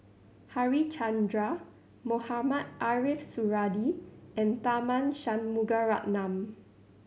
Harichandra Mohamed Ariff Suradi and Tharman Shanmugaratnam